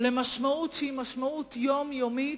למשמעות יומיומית,